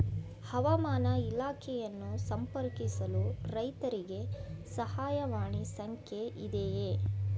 ಹವಾಮಾನ ಇಲಾಖೆಯನ್ನು ಸಂಪರ್ಕಿಸಲು ರೈತರಿಗೆ ಸಹಾಯವಾಣಿ ಸಂಖ್ಯೆ ಇದೆಯೇ?